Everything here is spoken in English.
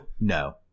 no